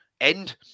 End